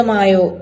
Mayo